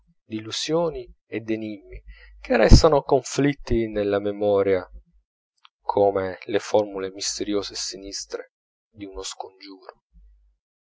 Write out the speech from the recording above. d'illusioni e d'enimmi che restano conflitti nella memoria come le formule misteriose e sinistre di uno scongiuro